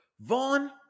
Vaughn